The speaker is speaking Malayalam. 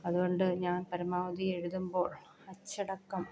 അത്കൊണ്ട് ഞാൻ പരമാവധി എഴുതുമ്പോൾ അച്ചടക്കം